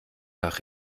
nach